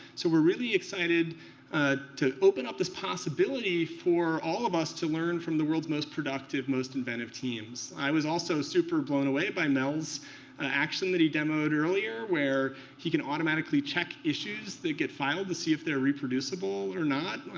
so we're really excited ah to open up this possibility for all of us to learn from the world's most productive, most inventive teams. i was also super blown away by mael's action that he demoed earlier, where he can automatically check issues that get filed to see if they're reproducible or not.